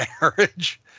marriage